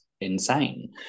insane